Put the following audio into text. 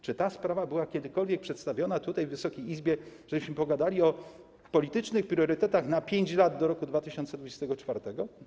Czy ta sprawa była kiedykolwiek przedstawiona tutaj Wysokiej Izbie, żebyśmy pogadali o politycznych priorytetach na 5 lat, do roku 2024?